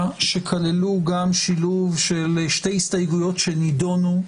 שכללו גם שילוב של שתי הסתייגויות שנידונו בוועדה.